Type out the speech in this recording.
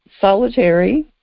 solitary